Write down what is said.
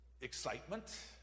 excitement